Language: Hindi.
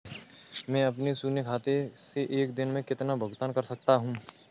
मैं अपने शून्य खाते से एक दिन में कितना भुगतान कर सकता हूँ?